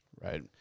Right